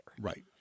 Right